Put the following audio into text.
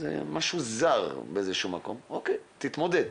זה משהו זר באיזה שהוא מקום, אוקיי, תתמודד.